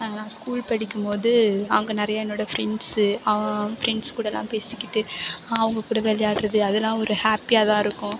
நான் ஸ்கூல் படிக்கும்போது அங்கே நிறையா என்னோடய ஃப்ரெண்ட்ஸு ஃப்ரெண்ட்ஸ் கூடலாம் பேசிக்கிட்டு அவங்க கூட விளையாட்றது அதெல்லாம் ஒரு ஹாப்பியாக தான் இருக்கும்